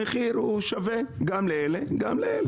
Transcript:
המחיר הוא שווה גם לאלה וגם לאלה.